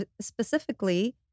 specifically